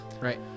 Right